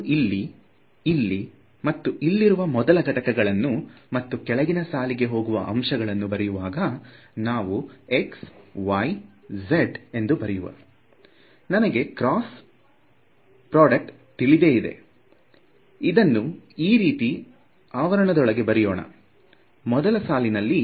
ನಾವು ಇಲ್ಲಿ ಇಲ್ಲಿ ಮತ್ತು ಇಲ್ಲಿರುವ ಮೊದಲ ಘಟಕಗಳನ್ನು ಮತ್ತು ಕೆಳಗಿನ ಸಾಲಿಗೆ ಹೋಗುವ ಅಂಶಗಳನ್ನು ಬರೆಯುವಾಗ ನಾವು x y z ಎಂದು ಬರೆಯುವ ನನಗೆ ಕ್ರಾಸ್ ಪ್ರೊಡ್ಯೂಕ್ಟ್ ತಿಳಿದೇ ಇದೆ ಇದನ್ನು ಈ ರೀತಿ ಆವರಣದಲ್ಲಿ ಬರೆಯೋಣ ಮೊದಲ ಸಾಲಿನಲ್ಲಿ